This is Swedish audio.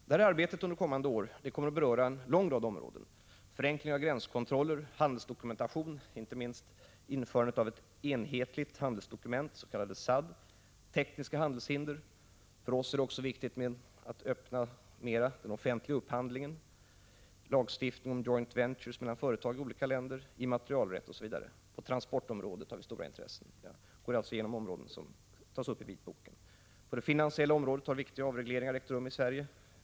Det här arbetet under kommande år kommer att beröra en lång rad områden: förenkling av gränskontroller, handelsdokumentation, inte minst införandet av ett enhetligt handelsdokument, det s.k. SAD, tekniska handelshinder — för oss är det också viktigt att mera öppna den offentliga upphandlingen —, lagstiftning om joint ventures mellan företag i olika länder, immaterialrätt, osv. På transportområdet har vi stora intressen — jag går alltså igenom områden som tas upp i vitboken. På det finansiella området har viktiga avregleringar ägt rum i Sverige.